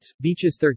Beaches